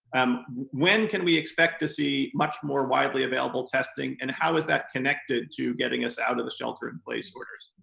um when can we expect to see much more widely available testing and how is that connected to getting us out of the shelter in place orders?